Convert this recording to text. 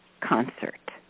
concert